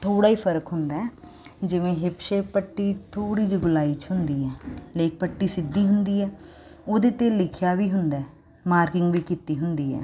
ਥੋੜਾ ਈ ਫ਼ਰਕ ਹੁੰਦਾ ਜਿਵੇਂ ਹਿੱਪ ਸ਼ੇਪ ਪੱਟੀ ਥੋੜੀ ਜਿਹੀ ਗੋਲਾਈ ਚ ਹੁੰਦੀ ਐ ਲੇਕ ਪੱਟੀ ਸਿੱਧੀ ਹੁੰਦੀ ਐ ਉਹਦੇ ਤੇ ਲਿਖਿਆ ਵੀ ਹੁੰਦਾ ਮਾਰਕਿੰਗ ਵੀ ਕੀਤੀ ਹੁੰਦੀ ਐ